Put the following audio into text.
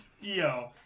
Yo